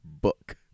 book